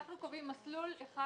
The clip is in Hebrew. אנחנו קובעים מסלול אחד,